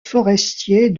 forestier